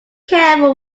careful